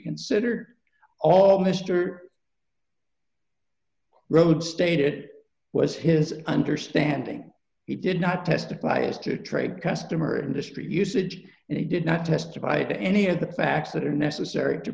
considered all mister road stated it was his understanding he did not testify as to trade customer industry usage and he did not testify to any of the facts that are necessary to